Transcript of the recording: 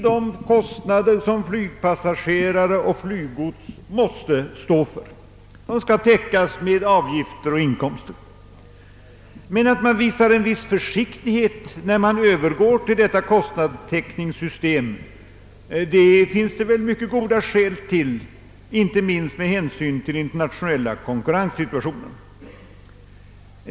De skall täckas med avgifter och inkomster, men man bör visa viss försiktighet vid övergång till detta kostnadstäckningssystem, inte minst med hänsyn till den internationella konkurrenssituationen.